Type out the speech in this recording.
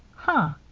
huh!